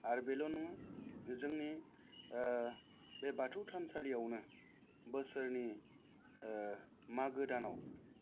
आरो बेल' नङा जोंनि बे बाथौ थानसालियावनो बोसोरनि मागो दानाव